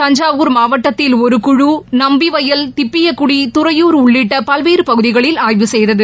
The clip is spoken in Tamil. தஞ்சாவூர் மாவட்டத்தில் ஒரு குழு நம்பிவயல் திப்பியகுடி துறையூர் உள்ளிட்ட பல்வேறு பகுதிகளில் ஆய்வு செய்தது